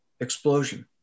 explosion